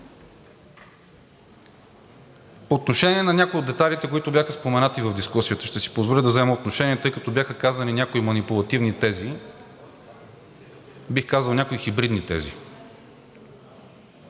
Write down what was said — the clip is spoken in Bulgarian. отношение на някои от детайлите, които бяха споменати в дискусията, ще си позволя да взема отношение, тъй като бяха казани някои манипулативни тези, бих казал някои хибридни тези.